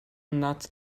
not